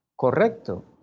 Correcto